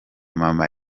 mama